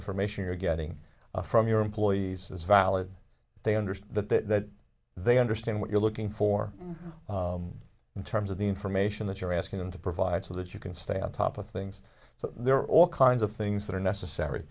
information you're getting from your employees is valid they understand that they understand what you're looking for in terms of the information that you're asking them to provide so that you can stay on top of things so there are all kinds of things that are necessary